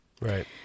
Right